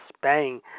bang